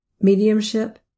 Mediumship